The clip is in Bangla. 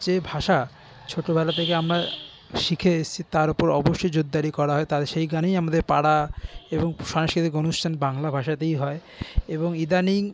যে ভাষা ছোটবেলা থেকে আমরা শিখে এসেছি তার উপর অবশ্যই জোরদারি করা হয় তাদের আর সেইখানেই আমাদের পাড়া এবং সাংস্কৃতিক অনুষ্ঠান বাংলা ভাষাতেই হয় এবং ইদানীং